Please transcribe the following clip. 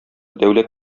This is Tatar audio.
дәүләт